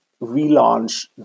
relaunch